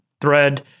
thread